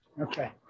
Okay